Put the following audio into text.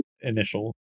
initial